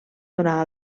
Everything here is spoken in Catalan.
donar